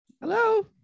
Hello